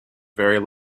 very